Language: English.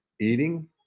eating